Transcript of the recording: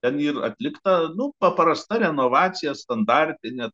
ten yr atlikta nu paprasta renovacija standartinė